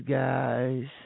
guys